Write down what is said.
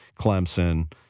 Clemson